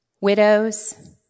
widows